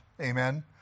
amen